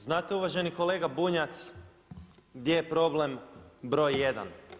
Znate uvaženi kolega Bunjac gdje je problem broj jedan?